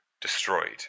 destroyed